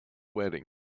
wedding